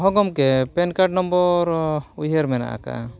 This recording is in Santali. ᱦᱮᱸ ᱜᱚᱢᱠᱮ ᱯᱮᱱ ᱠᱟᱨᱰ ᱱᱚᱢᱵᱚᱨ ᱩᱭᱦᱟᱹᱨ ᱢᱮᱱᱟᱜ ᱠᱟᱜᱼᱟ